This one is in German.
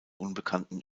unbekannten